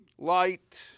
Light